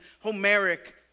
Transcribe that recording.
Homeric